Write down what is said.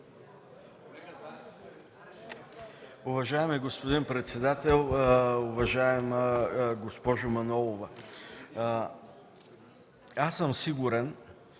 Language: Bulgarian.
Уважаеми господин председател! Уважаема госпожо Манолова, аз съм сигурен,